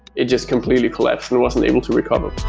it just completely collapsed and wasn't able to recover